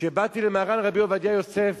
כשבאתי למרן רבי עובדיה יוסף